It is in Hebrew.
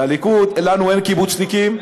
והליכוד, לנו אין קיבוצניקים,